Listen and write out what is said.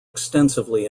extensively